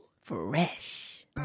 Fresh